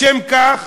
לשם כך,